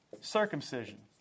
Circumcision